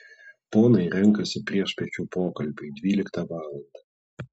ponai renkasi priešpiečių pokalbiui dvyliktą valandą